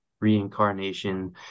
reincarnation